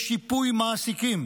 לשיפוי מעסיקים.